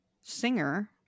singer